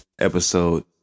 Episode